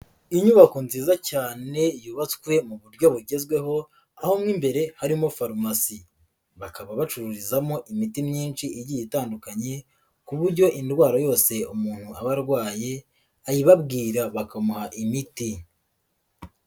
Inyubako nziza cyane yubatswe mu buryo bugezweho aho mo imbere harimo farumasi, bakaba bacururizamo imiti myinshi igiye itandukanye ku buryo indwara yose umuntu aba arwaye ayibabwira bakamuha imiti.